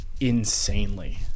insanely